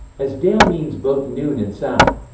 as del means both noon and south.